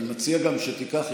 אני מציע גם שתיקח.